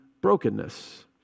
brokenness